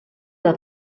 del